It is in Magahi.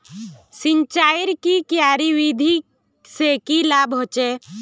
सिंचाईर की क्यारी विधि से की लाभ होचे?